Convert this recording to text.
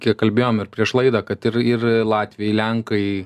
kiek kalbėjom ir prieš laidą kad ir ir latviai lenkai